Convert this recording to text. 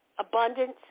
Abundance